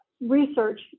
research